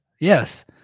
Yes